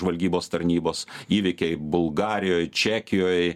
žvalgybos tarnybos įvykiai bulgarijoj čekijoj